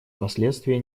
последствия